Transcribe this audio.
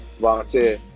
volunteer